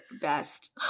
best